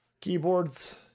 keyboards